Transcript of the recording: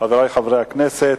חברי חברי הכנסת,